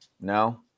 no